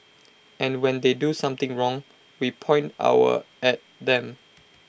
and when they do something wrong we point our at them